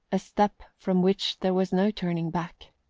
a step from which there was no turning back.